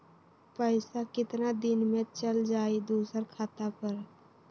पैसा कितना दिन में चल जाई दुसर खाता पर?